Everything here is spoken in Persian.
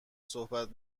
صحبت